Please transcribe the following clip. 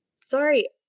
Sorry